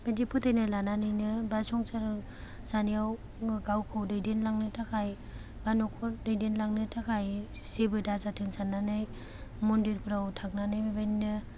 बिदि फोथायनाय लानानै नो बा संसार जानायाव गावखौ दैदेनलांनो थाखाय बा न'खर दैदेनलांनो थाखाय जेबो दाजाथों साननानै मन्दिर फ्राव थांनानै बेबादिनो